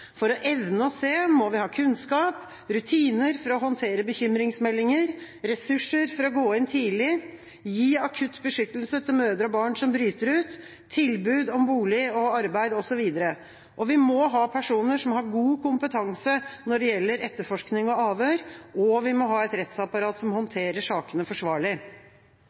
For å evne å se må vi ha kunnskap, rutiner for å håndtere bekymringsmeldinger, ressurser for å gå inn tidlig og å gi akutt beskyttelse til mødre og barn som bryter ut, tilbud om bolig og arbeid, osv. Vi må ha personer som har god kompetanse når det gjelder etterforskning og avhør, og vi må ha et rettsapparat som håndterer sakene forsvarlig.